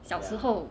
小时候